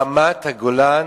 רמת-הגולן